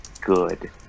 Good